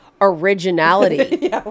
originality